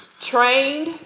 trained